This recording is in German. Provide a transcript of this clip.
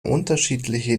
unterschiedliche